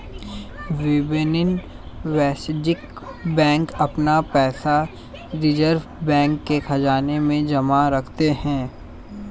विभिन्न वाणिज्यिक बैंक अपना पैसा रिज़र्व बैंक के ख़ज़ाने में जमा करते हैं